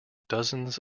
dozens